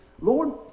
Lord